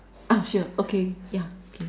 ah sure okay yeah okay